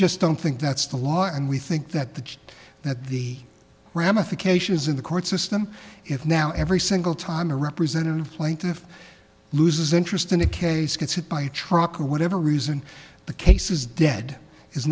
just don't think that's the law and we think that the judge that the ramification is in the court system if now every single time a representative plaintiff loses interest in a case gets hit by a truck or whatever reason the case is dead is